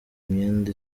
imyenda